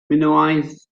minoaidd